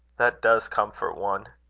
that does comfort one.